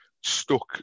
stuck